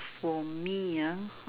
for me ah